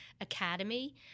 academy